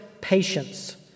patience